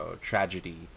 tragedy